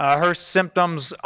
ah her symptoms,